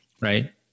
Right